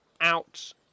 out